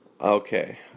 okay